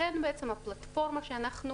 לכן, הפלטפורמה שאנחנו